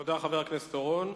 תודה, חבר הכנסת אורון.